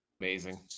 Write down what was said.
Amazing